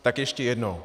Tak ještě jednou.